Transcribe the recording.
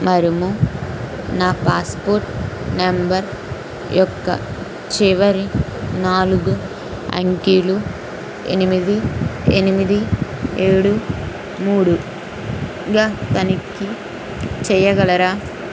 మరియు నా passport number యొక్క చివరి నాలుగు అంకెలు ఎనిమిది ఎనిమిది ఏడు మూడుగ తనిఖీ చెయ్యగలరా